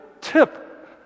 tip